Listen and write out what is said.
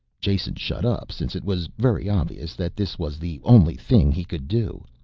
jason shut up since it was very obvious that this was the only thing he could do.